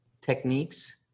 techniques